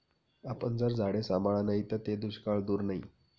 आपन जर झाडे सांभाळा नैत ते दुष्काळ दूर नै